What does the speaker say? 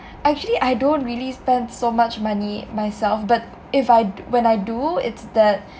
actually I don't really spend so much money myself but if I when I do it's that